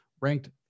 ranked